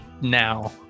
now